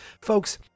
Folks